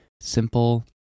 simple